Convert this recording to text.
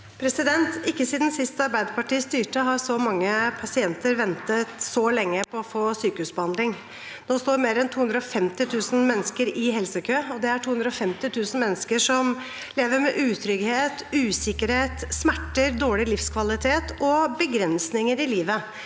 Ikke siden sist Arbeiderpartiet styrte, har så mange pasienter ventet så lenge på å få sykehusbehandling. Nå står mer enn 250 000 mennesker i helsekø, og det er 250 000 mennesker som lever med utrygghet, usikkerhet, smerter, dårlig livskvalitet og begrensninger i livet,